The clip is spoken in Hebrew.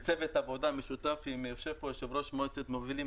בצוות עבודה משותף יושב פה יושב-ראש מועצת מובילים,